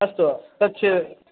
अस्तु तच्च